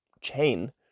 chain